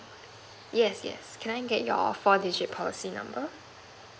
yes yes can I get your four digit policy number